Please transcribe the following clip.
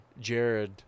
Jared –